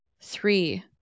three